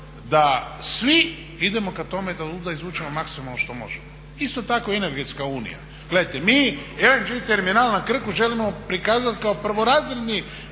da svi idemo ka tome da izvučemo maksimalno što možemo. Isto tako energetska unija. Gledajte mi, LNG terminal na Krku želimo prikazati kao prvorazredni